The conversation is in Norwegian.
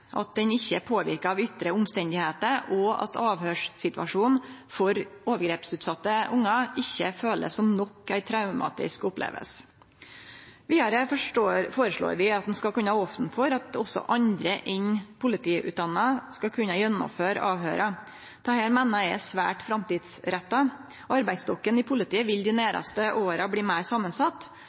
at den informasjonen som kjem fram i avhøyret, er korrekt, at han ikkje er påverka av ytre omstende, og at situasjonen rundt avhøyret ikkje kjennest som nok ei traumatisk oppleving for overgrepsutsette ungar. Vidare føreslår vi at ein skal kunne opne for at også andre enn politiutdanna skal kunne gjennomføre avhøyra. Dette meiner eg er svært framtidsretta. Arbeidsstokken i politiet vil dei næraste åra bli meir samansett.